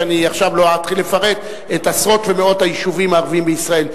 ואני לא אתחיל עכשיו לפרט את עשרות ומאות היישובים הערביים בישראל,